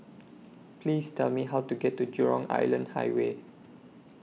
Please Tell Me How to get to Jurong Island Highway